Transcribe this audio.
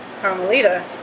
Carmelita